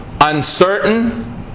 uncertain